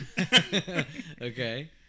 Okay